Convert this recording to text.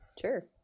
Sure